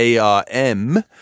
ARM